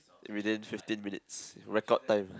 within fifteen minutes record time